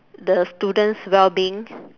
the students' wellbeing